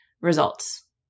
results